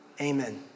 Amen